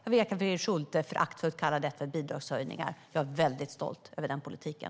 Jag vet att Fredrik Schulte föraktfullt kallar detta för bidragshöjningar. Jag är väldigt stolt över den politiken.